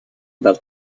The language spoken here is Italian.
dal